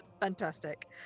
Fantastic